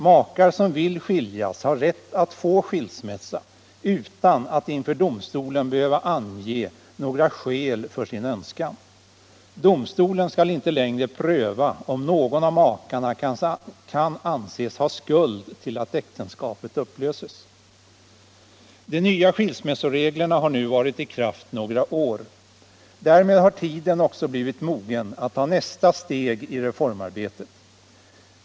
Makar som vill skiljas har rätt att få skilsmässa utan att inför domstolen behöva ange några skäl för sin önskan. Domstolen skall inte längre pröva om någon av makarna kan anses ha skuld till att äktenskapet upplöses. De nya skilsmässoreglerna har nu varit i kraft några år. Därmed har tiden också blivit mogen att ta nästa steg i reformarbetet.